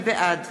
בעד